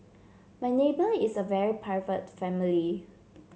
my neighbour is a very private family